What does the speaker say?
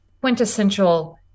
quintessential